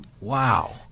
Wow